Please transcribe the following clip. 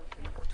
אבל